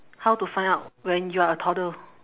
how to find out when you are a toddler